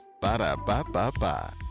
Ba-da-ba-ba-ba